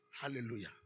Hallelujah